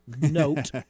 note